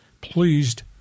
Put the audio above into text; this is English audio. pleased